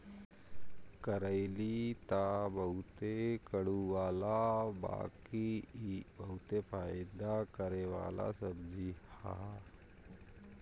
करइली तअ बहुते कड़ूआला बाकि इ बहुते फायदा करेवाला सब्जी हअ